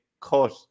cut